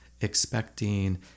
expecting